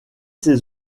ses